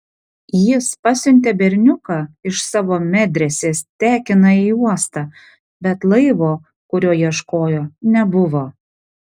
jis pasiuntė berniuką iš savo medresės tekiną į uostą bet laivo kurio ieškojo nebuvo